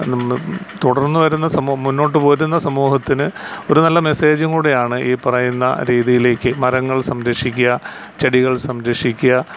തുടർന്നു വരുന്ന സമൂഹം മുന്നോട്ടു വരുന്ന സമൂഹത്തിന് ഒരു നല്ല മെസ്സേജും കൂടിയാണ് ഈ പറയുന്ന രീതിയിലേക്കു മരങ്ങൾ സംരക്ഷിക്കുക ചെടികൾ സംരക്ഷിക്കുക